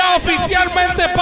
oficialmente